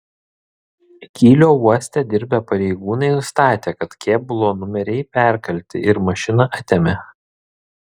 kylio uoste dirbę pareigūnai nustatė kad kėbulo numeriai perkalti ir mašiną atėmė